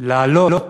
להעלות